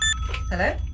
Hello